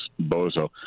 bozo